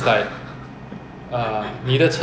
by default right if you